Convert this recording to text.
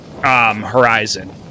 horizon